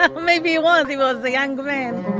ah maybe he want, he was a young man